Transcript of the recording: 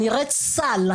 היא נראית סל,